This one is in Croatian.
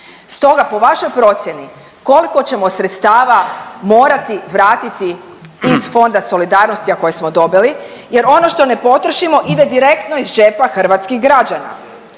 Stoga po vašoj procjeni koliko ćemo sredstava morati vratiti iz Fonda solidarnosti, a koje smo dobili jer ono što ne potrošimo ide direktno iz džepa hrvatskih građana?